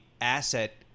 asset